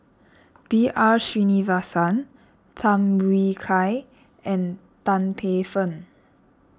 B R Sreenivasan Tham Yui Kai and Tan Paey Fern